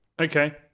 Okay